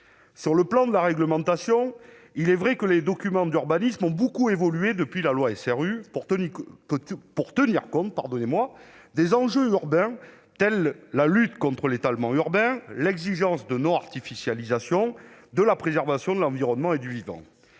Sur le plan de la réglementation, il est vrai que les documents d'urbanisme ont beaucoup évolué depuis la loi SRU, pour tenir compte des enjeux urbains tels que la lutte contre l'étalement urbain, l'exigence de non-artificialisation, la préservation de l'environnement et du vivant.